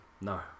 No